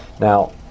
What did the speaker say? Now